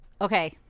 okay